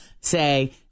say